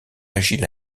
agile